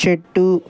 చెట్టు